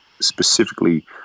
specifically